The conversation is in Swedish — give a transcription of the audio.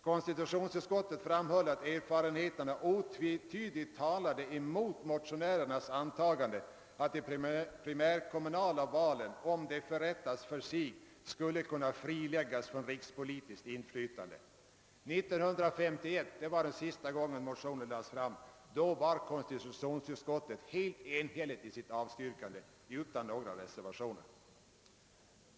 Konstitutionsutskottet framhöll att erfarenheterna otvetydigt talade emot motionärernas antagande att de primärkommunala valen, om de förrättades för sig, skulle kunna friläggas från rikspolitiskt inflytande. År 1951 — det var, om jag minns rätt, sista gången motionerna lades fram — var konstitutionsutskottet enhälligt i sitt avstyrkande, utan några reservationer.